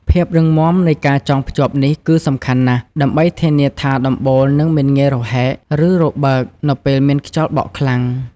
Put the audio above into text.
ភាពរឹងមាំនៃការចងភ្ជាប់នេះគឺសំខាន់ណាស់ ដើម្បីធានាថាដំបូលនឹងមិនងាយរហែក ឬរបើកនៅពេលមានខ្យល់បក់ខ្លាំង។